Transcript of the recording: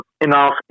enough